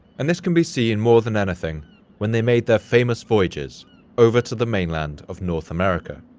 and this can be seen more than anything when they made their famous voyages over to the mainland of north america,